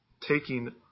taking